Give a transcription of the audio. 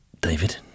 David